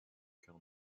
cœur